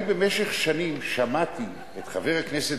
אני במשך שנים שמעתי את חבר הכנסת